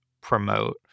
promote